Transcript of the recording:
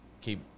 keep